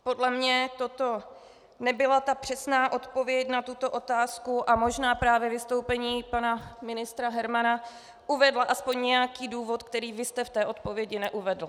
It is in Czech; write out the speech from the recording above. Podle mě toto nebyla ta přesná odpověď na tuto otázku a možná právě vystoupení pana ministra Hermana uvedlo alespoň nějaký důvod, který vy jste v odpovědi neuvedl.